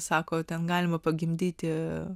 sako ten galima pagimdyti